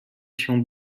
się